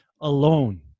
alone